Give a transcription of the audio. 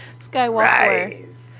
Skywalker